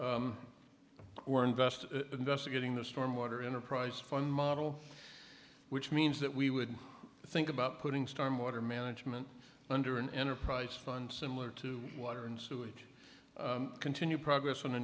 appreciate we're investing investigating the stormwater enterprise fund model which means that we would think about putting storm water management under an enterprise fund similar to water and sewage continue progress on a